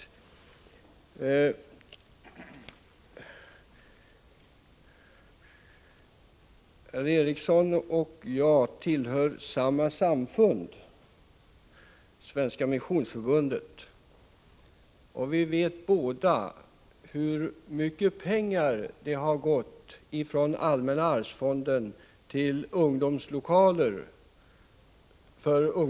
Karl Erik Eriksson och jag tillhör samma samfund, Svenska missionsförbundet, och vi vet båda hur mycket pengar som har gått från allmänna arvsfonden till ungdomslokaler.